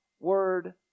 word